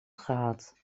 gehad